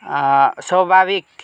स्वभाविक